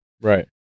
Right